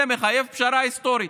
זה מחייב פשרה היסטורית.